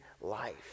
life